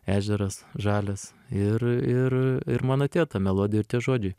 ežeras žalias ir ir ir man atėjo ta melodija ir tie žodžiai